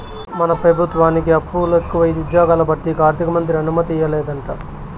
మన పెబుత్వానికి అప్పులెకువై ఉజ్జ్యోగాల భర్తీకి ఆర్థికమంత్రి అనుమతియ్యలేదంట